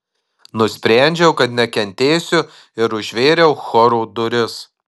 nusprendžiau kad nekentėsiu ir užvėriau choro duris